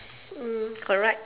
mm correct